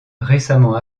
récemment